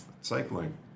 cycling